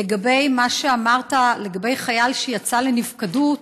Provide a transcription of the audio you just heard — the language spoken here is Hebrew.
לגבי מה שאמרת על חייל שיצא לנפקדות